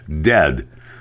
dead